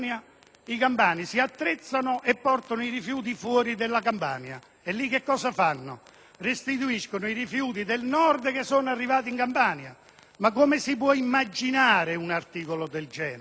Campania, si attrezzano per portare i rifiuti fuori della regione. Lì cosa fanno? Restituiscono i rifiuti del Nord arrivati in Campania! Come si può immaginare un articolo del genere?